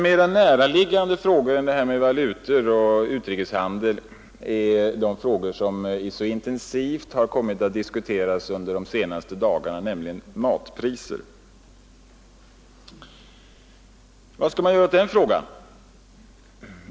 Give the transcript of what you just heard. Mera näraliggande än detta med valutor och utrikeshandel är dock den fråga som så intensivt har kommit att diskuteras under de senaste dagarna, nämligen matpriserna. Vad skall man göra åt den frågan?